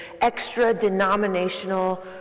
extra-denominational